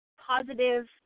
positive